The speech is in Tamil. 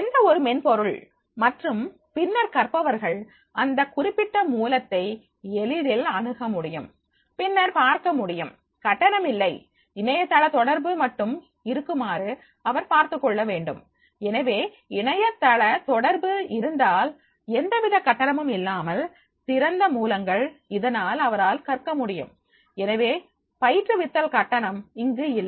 எந்த ஒரு மென்பொருள் மற்றும் பின்னர் கற்பவர்கள் அந்த குறிப்பிட்ட மூலத்தை எளிதில் அணுக முடியும்பின்னர் பார்க்க முடியும் கட்டணம் இல்லை இணையதள தொடர்பு மட்டும் இருக்குமாறு அவர் பார்த்துக் கொள்ள வேண்டும் எனவே இணையதள தொடர்பு இருந்தால் எந்தவித கட்டணமும் இல்லாமல் திறந்த மூலங்கள் இதனால் அவரால் கற்க முடியும் எனவே பயிற்றுவித்தல் கட்டணம் இங்கு இல்லை